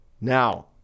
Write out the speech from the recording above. now